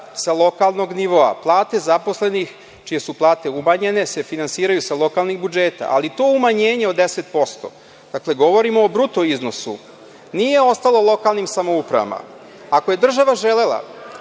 sa lokalnog nivoa. Plate zaposlenih, čije su plate umanjene, finansiraju se sa lokalnih budžeta, ali to umanjenje od 10%, dakle, govorimo o bruto iznosu, nije ostalo lokalnim samoupravama. Ako je država želela